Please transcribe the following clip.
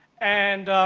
and